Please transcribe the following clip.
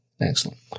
Excellent